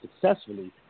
successfully